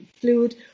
fluid